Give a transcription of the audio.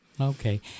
Okay